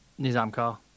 Nizamkar